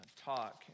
talk